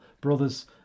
brothers